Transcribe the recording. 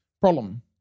problem